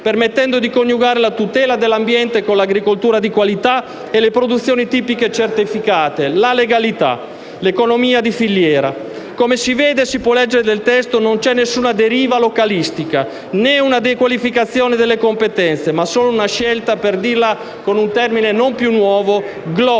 permettendo di coniugare la tutela dell'ambiente con l'agricoltura di qualità e le produzioni tipiche certificate, la legalità e l'economia di filiera. Come si vede e si può leggere nel testo, non c'è alcuna deriva localistica né una dequalificazione delle competenze, ma solo una scelta - per dirla con un termine non più nuovo - *glocal*: una